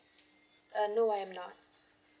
uh no I'm not